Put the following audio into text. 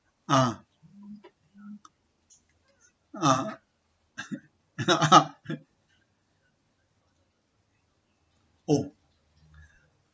ah ah oh